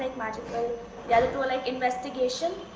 magical, the other two are like investigation,